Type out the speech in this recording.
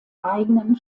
eigenen